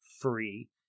free